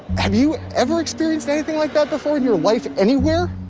have you ever experienced anything like that before in your life anywhere?